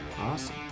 Awesome